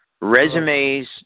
Resumes